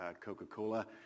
Coca-Cola